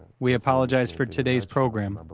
we apologise for today's programme. but